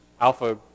alpha